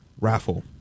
raffle